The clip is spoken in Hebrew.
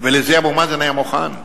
ולזה אבו מאזן היה מוכן.